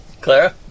Clara